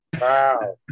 Wow